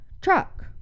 truck